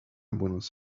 buenos